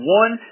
one